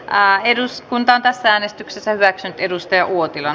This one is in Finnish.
aan eduskuntaan tässä äänestyksessä växjön edustaja uotila